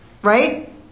right